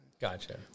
gotcha